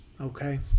okay